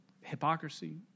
hypocrisy